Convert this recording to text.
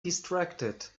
distracted